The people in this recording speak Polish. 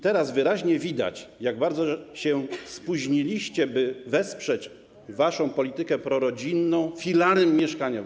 Teraz wyraźnie widać, jak bardzo się spóźniliście, by wesprzeć waszą politykę prorodzinną filarem mieszkaniowym.